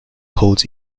holds